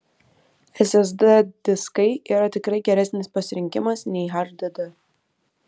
ssd diskai yra tikrai geresnis pasirinkimas nei hdd